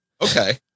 okay